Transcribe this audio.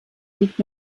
liegt